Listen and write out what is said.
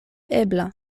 ebla